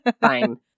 Fine